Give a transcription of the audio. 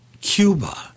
Cuba